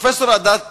פרופסור עדה יונת,